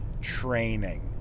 training